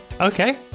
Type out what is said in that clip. Okay